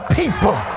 people